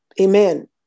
Amen